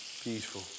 beautiful